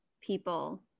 people